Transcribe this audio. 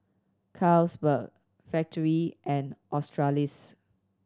Carlsberg Factorie and Australis